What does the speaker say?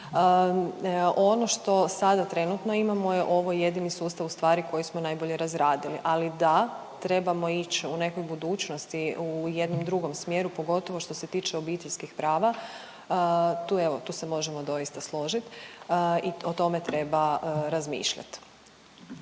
Ono što sada trenutno imamo je ovo jedini sustav ustvari koji smo najbolje razradili, ali da, trebamo ići u neku budućnost i u jednom drugom smjeru pogotovo što se tiče obiteljskih prava. Tu evo, tu se možemo doista složit i o tome treba razmišljat.